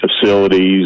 facilities